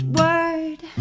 word